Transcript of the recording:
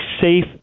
safe